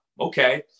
okay